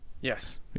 Yes